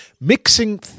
Mixing